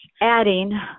adding